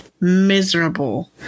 miserable